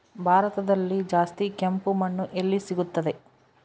ಭಾರತದಲ್ಲಿ ಜಾಸ್ತಿ ಕೆಂಪು ಮಣ್ಣು ಎಲ್ಲಿ ಸಿಗುತ್ತದೆ?